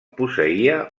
posseïa